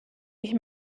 ich